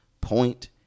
point